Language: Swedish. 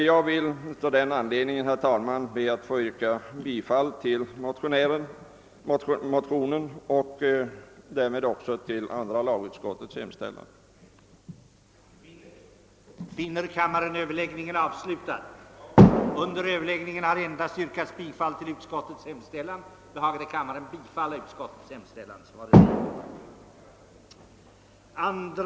Jag ber, herr talman, att få yrka bifall till motionen och därmed också till andra lagutskottets hemställan. åtgärder för att begränsa spridningen av giftiga preparat,